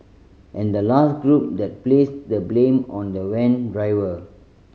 and the last group that placed the blame on the van driver